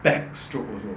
backstroke also